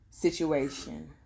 situation